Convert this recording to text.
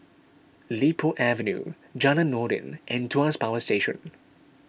Li Po Avenue Jalan Noordin and Tuas Power Station